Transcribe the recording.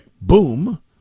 boom